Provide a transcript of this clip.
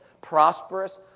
prosperous